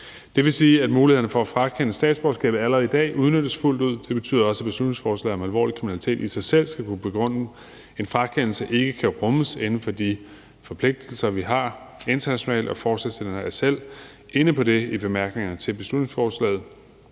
det vil sige, at mulighederne for at frakende et statsborgerskab allerede i dag udnyttes fuldt ud, og det betyder også, at et beslutningsforslag om alvorlig kriminalitet i sig selv skal kunne begrunde, at en frakendelse ikke kan rummes inden for de forpligtelser, vi har internationalt, og forslagsstillerne er i bemærkningerne til beslutningsforslaget